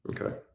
Okay